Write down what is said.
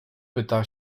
pyta